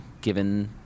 given